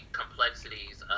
complexities